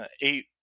eight